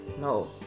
no